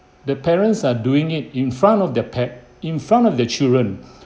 the parents are doing it in front of their pair~ in front of their children